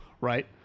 right